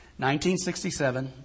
1967